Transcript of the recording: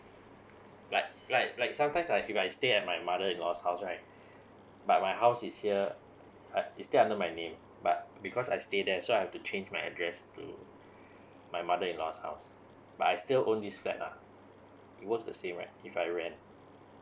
like like like sometimes I I stay at my mother in laws house right but my house is here uh is still under my name but because I stay there so I have to change my address to my mother in laws house but I still own this flat lah it was the same right if I rent